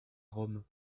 rome